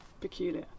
peculiar